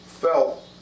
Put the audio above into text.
felt